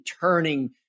turning